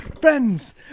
FRIENDS